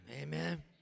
Amen